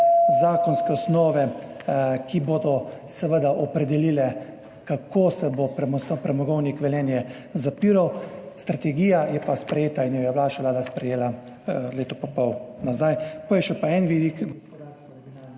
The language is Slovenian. zakonske osnove, ki bodo seveda opredelile, kako se bo Premogovnik Velenje zapiral. Strategija je pa sprejeta in jo je vaša vlada sprejela leto pa pol nazaj. Potem je še pa en vidik